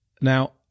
Now